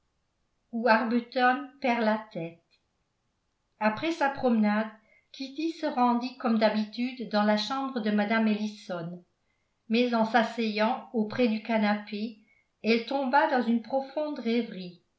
où arbuton perd la tête après sa promenade kitty se rendit comme d'habitude dans la chambre de mme ellison mais en s'asseyant auprès du canapé elle tomba dans une profonde rêverie